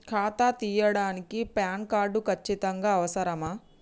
ఖాతా తీయడానికి PAN card ఖచ్చితంగా అవసరమా?